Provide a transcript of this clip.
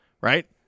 right